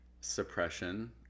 suppression